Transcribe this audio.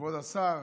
כבוד השר,